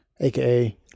aka